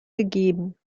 gegeben